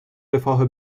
رفاه